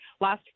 last